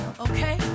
okay